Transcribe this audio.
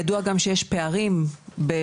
ידוע גם שיש פערים בעישון,